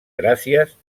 gràcies